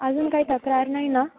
अजून काही तक्रार नाही ना